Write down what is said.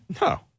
No